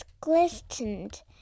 glistened